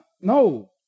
no